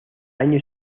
año